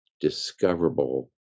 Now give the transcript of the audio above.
discoverable